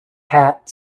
hat